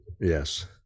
yes